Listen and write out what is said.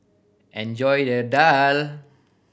enjoy your daal